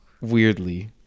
weirdly